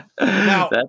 Now